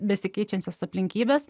besikeičiančias aplinkybes